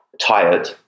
tired